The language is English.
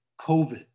COVID